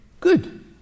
Good